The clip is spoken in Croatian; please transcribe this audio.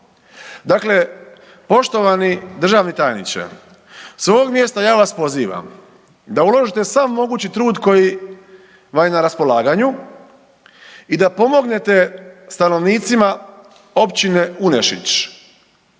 Dakle, poštovani državni tajniče s ovog mjesta ja vas pozivam da uložite sam mogući trud koji vam je na raspolaganju i da pomognete stanovnicima općine Unešić.